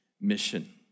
mission